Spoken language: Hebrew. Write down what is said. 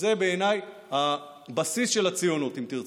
זה בעיניי הבסיס של הציונות, אם תרצה.